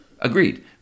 Agreed